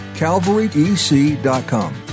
Calvaryec.com